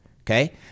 okay